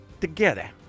together